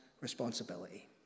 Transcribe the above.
responsibility